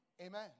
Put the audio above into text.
amen